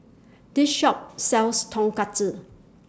This Shop sells Tonkatsu